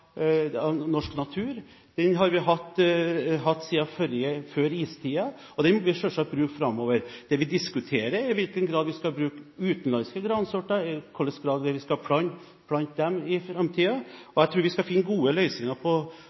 norsk natur. Den har vi hatt siden før istiden, og den vil vi selvsagt bruke framover. Det vi diskuterer, er i hvilken grad vi skal bruke utenlandske gransorter, i hvilken grad vi skal plante det i framtiden. Jeg tror vi i fellesskap skal finne gode løsninger på